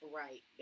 right